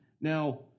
Now